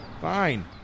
Fine